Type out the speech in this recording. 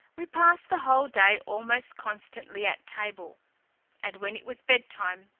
we passed the whole day almost constantly at table and when it was bed-time,